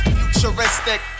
Futuristic